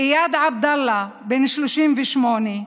איאד עבדאללה, בן 38,